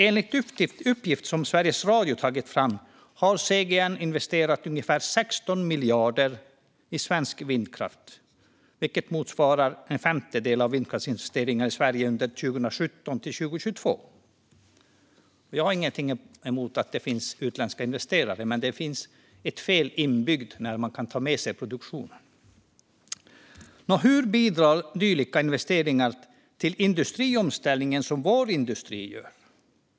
Enligt uppgifter som Sveriges Radio tagit fram har CGN investerat ungefär 16 miljarder i svensk vindkraft, vilket motsvarar en femtedel av alla vindkraftsinvesteringar i Sverige under 2017-2022. Jag har ingenting emot att det finns utländska investerare, men det finns ett fel inbyggt när man kan ta med sig produktionen. Hur bidrar dylika investeringar till industriomställningen som vår industri gör?